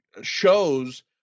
shows